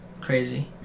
Crazy